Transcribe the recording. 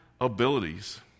abilities